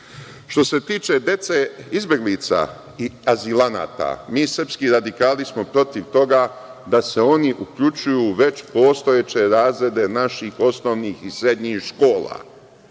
se tiče dece izbeglica i azilanata, mi srpski radikali smo protiv toga da se oni uključuju u već postojeće razrede naših osnovnih i srednjih škola.